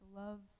love